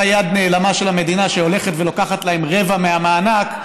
יד נעלמה של המדינה שהולכת ולוקחת להם רבע מהמענק,